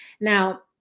Now